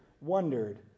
wondered